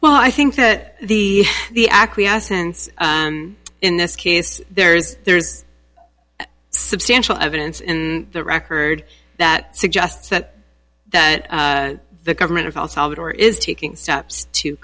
why i think that the the acquiescence in this case there is there's substantial evidence and the record that suggests that that the government of all salvador is taking steps to